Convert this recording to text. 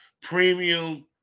Premium